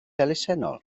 elusennol